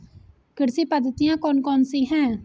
कृषि पद्धतियाँ कौन कौन सी हैं?